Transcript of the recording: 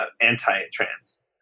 anti-trans